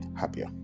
happier